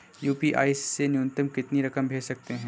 UPI से न्यूनतम कितनी रकम भेज सकते हैं?